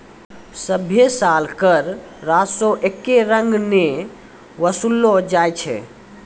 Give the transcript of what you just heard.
सभ्भे साल कर राजस्व एक्के रंग नै वसूललो जाय छै